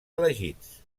elegits